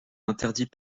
interdit